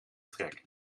trek